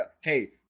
Hey